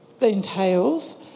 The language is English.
entails